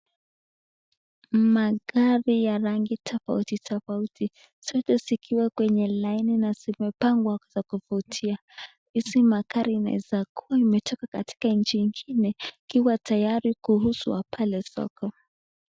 Magari ya rangi tofauti tofauti, zote zikiwa kwenye laini na zimepangwa za kuvutia. Hizi magari zinaeza kuwa zimetoka katika nchi ingine zikiwa tayari kuuzwa pale soko.